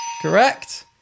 correct